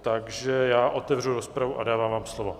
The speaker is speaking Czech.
Takže já otevřu rozpravu a dávám vám slovo.